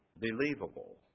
believable